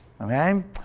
Okay